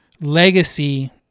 legacy